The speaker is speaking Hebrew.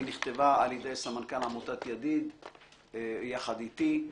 היא נכתבה על ידי סמנכ"ל עמותת ידיד יחד איתי,